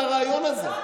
מהרעיון הזה.